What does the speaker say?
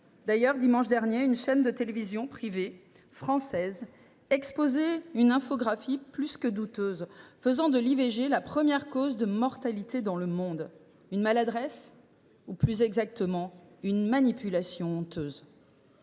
D’ailleurs, dimanche dernier, une chaîne de télévision privée française exposait une infographie plus que douteuse faisant de l’IVG la première cause de mortalité dans le monde. Plus qu’une maladresse, c’est une manipulation honteuse.